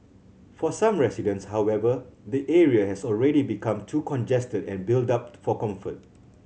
for some residents however the area has already become too congested and built up for comfort